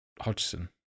Hodgson